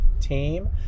team